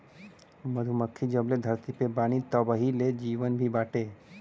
मधुमक्खी जबले धरती पे बानी तबही ले जीवन भी बाटे